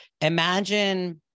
imagine